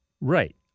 Right